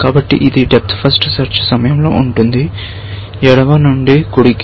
కాబట్టి ఇది depth first search సమయంలో ఉంటుంది ఎడమ నుండి కుడికి